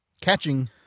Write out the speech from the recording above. catching